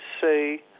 say